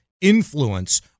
influence